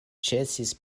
ĉesis